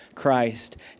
Christ